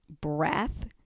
breath